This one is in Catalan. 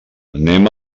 anem